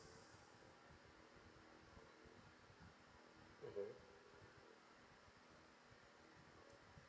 mmhmm